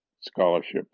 scholarships